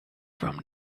from